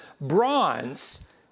bronze